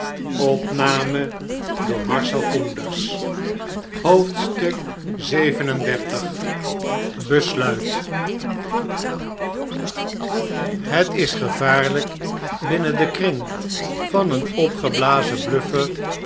xxxvii bkslui t het is gevaarlijk binnen den kring van een opgeblazen bluffer